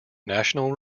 national